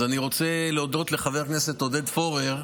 אז אני רוצה להודות לחבר הכנסת עודד פורר.